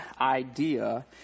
idea